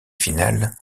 finales